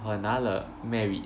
我拿了 merit